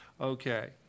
Okay